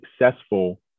successful